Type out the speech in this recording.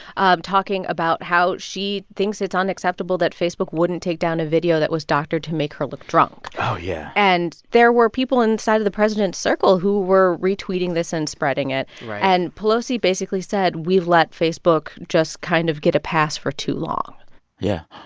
um talking about how she thinks it's unacceptable that facebook wouldn't take down a video that was doctored to make her look drunk oh, yeah and there were people inside of the president's circle who were retweeting this and spreading it right and pelosi basically said we let facebook just kind of get a pass for too long yeah.